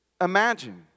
imagine